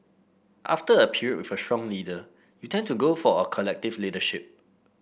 after a period with a strong leader you tend to go for a collective leadership